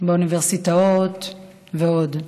באוניברסיטאות ועוד,